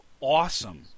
awesome